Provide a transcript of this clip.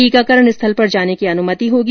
टीकाकरण स्थल पर जाने की अनुमति होगी